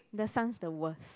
the son's the worst